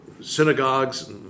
synagogues